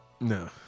No